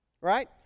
Right